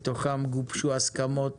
מתוכם הוגשו הסכמות